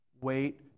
wait